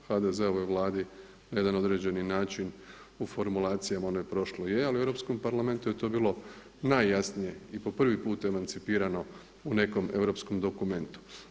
HDZ-ovoj Vladi na jedan određeni način u formulacijama onoj prošloj je, ali u Europskom parlamentu je to bilo najjasnije i po prvi put emancipirano u nekom europskom dokumentu.